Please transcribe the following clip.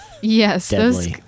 yes